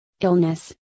illness